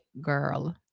girl